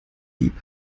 lieb